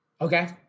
Okay